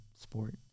sport